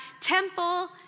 temple